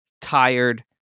tired